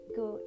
go